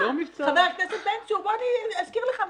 לא מבצר.